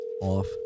off